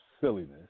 silliness